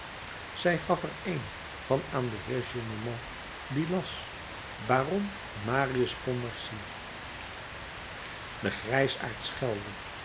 zij gaf er een van aan den heer gillenormand die las baron marius pontmercy de grijsaard schelde